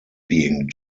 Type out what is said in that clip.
being